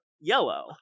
yellow